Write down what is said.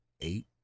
eight